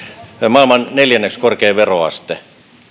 maailman neljänneksi korkein veroaste